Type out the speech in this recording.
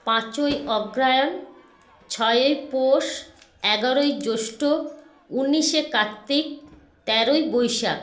পাঁচই অগ্রহায়ণ ছয়ই পৌষ এগারোই জ্যৈষ্ঠ উনিশে কার্তিক তেরোই বৈশাখ